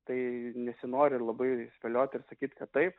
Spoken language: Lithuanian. tai nesinori labai spėliot ir sakyt kad taip